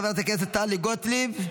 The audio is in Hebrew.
חברת הכנסת טלי גוטליב,